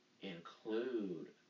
include